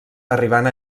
arribant